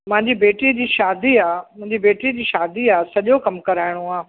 मुंहिंजी बेटी जी शादी आहे मुंहिंजी बेटी जी शादी आहे सॼो कम कराइणो आहे